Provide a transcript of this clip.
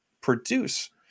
produce